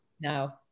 no